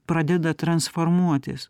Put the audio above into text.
pradeda transformuotis